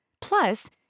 Plus